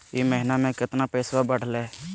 ई महीना मे कतना पैसवा बढ़लेया?